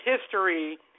history